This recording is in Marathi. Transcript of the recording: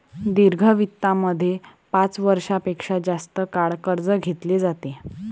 दीर्घ वित्तामध्ये पाच वर्षां पेक्षा जास्त काळ कर्ज घेतले जाते